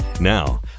Now